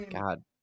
God